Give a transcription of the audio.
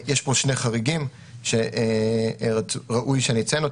יש פה שני חריגים שראוי שאני אציין.